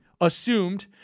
assumed